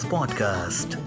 Podcast